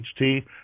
HT